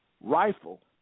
rifle